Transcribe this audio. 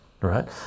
right